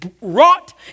wrought